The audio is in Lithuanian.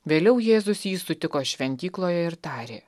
vėliau jėzus jį sutiko šventykloje ir tarė